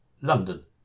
London